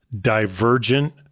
divergent